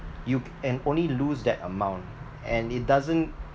you and only lose that amount and it doesn't